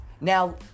now